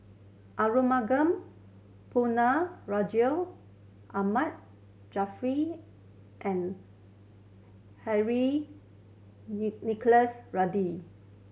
Arumugam Ponnu Rajah Ahmad Jaafar and Henry Nicholas Ridley